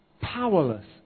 powerless